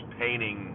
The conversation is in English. painting